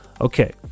okay